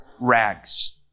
rags